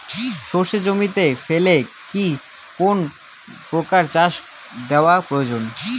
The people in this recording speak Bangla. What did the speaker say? সর্ষে জমিতে ফেলে কি কোন প্রকার সার দেওয়া প্রয়োজন?